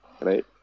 right